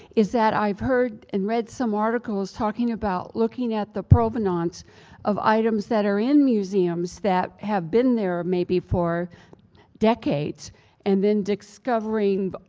is that i've heard and read some articles talking about looking at the provenance of items that are in museums that have been there maybe for decades and then discovering,